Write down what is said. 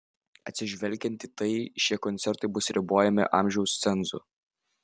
atsižvelgiant į tai šie koncertai bus ribojami amžiaus cenzu